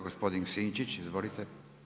Gospodin Sinčić, izvolite.